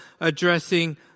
addressing